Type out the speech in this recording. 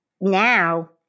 Now